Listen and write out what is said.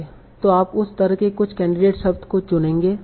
तो आप उस तरह के कुछ कैंडिडेट शब्द को चुनेंगे